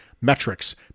metrics